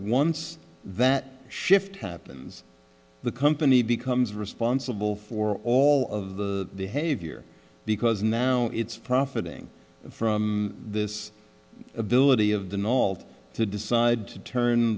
once that shift happens the company becomes responsible for all of the cave year because now it's profiting from this ability of the north to decide to turn